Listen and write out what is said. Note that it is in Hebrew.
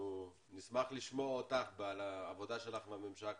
אנחנו נשמח לשמוע אותך על העבודה שלך בממשק